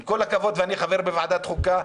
עם כל הכבוד ואני חבר בוועדת החוקה,